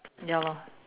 ya lor